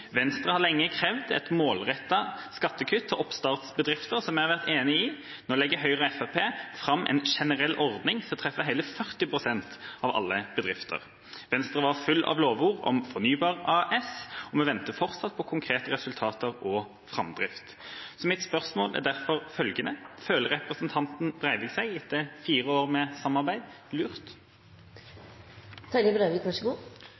Venstre har lenge krevd et målrettet skattekutt til oppstartbedrifter, som jeg har vært enig i, nå legger Høyre og Fremskrittspartiet fram en generell ordning for å treffe hele 40 pst. av alle bedrifter. Venstre var full av lovord om Fornybar AS, og vi venter fortsatt på konkrete resultater og framdrift. Mitt spørsmål er derfor følgende: Føler representanten Brevik seg etter fire år med samarbeid, lurt? Representanten Breivik